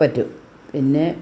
പറ്റും പിന്നെ